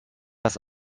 das